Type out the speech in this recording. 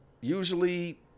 usually